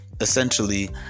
Essentially